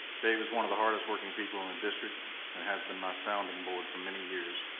dave is one of the hardest working people in the district and has been my sounding board for many years.